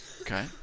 Okay